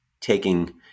taking